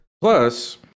Plus